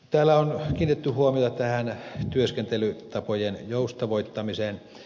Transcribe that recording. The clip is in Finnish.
täällä on kiinnitetty huomiota työskentelytapojen joustavoittamiseen